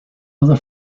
other